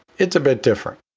it's a bit different.